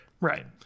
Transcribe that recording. Right